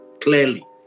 clearly